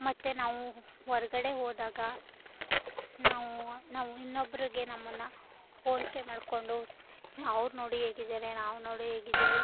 ಮತ್ತು ನಾವು ಹೊರ್ಗಡೆ ಹೋದಾಗ ನಾವು ನಾವು ಇನ್ನೊಬ್ಬರಿಗೆ ನಮ್ಮನ್ನು ಹೋಲ್ಕೆ ಮಾಡಿಕೊಂಡು ಅವ್ರು ನೋಡು ಹೇಗಿದಾರೆ ನಾವು ನೋಡು ಹೇಗಿದೀವಿ